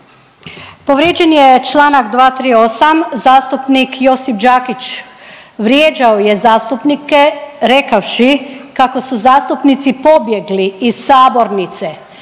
Povrijeđen je čl. 238, zastupnik Josip Đakić vrijeđao je zastupnike rekavši kako su zastupnici pobjegli iz sabornice.